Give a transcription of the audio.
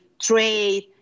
trade